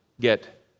get